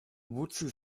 wozu